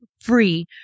Free